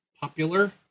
popular